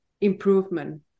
improvement